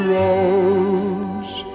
rose